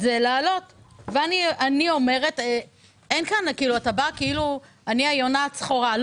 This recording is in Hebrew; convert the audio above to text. אתה בא כאילו אתה היונה הצחורה.